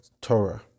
Torah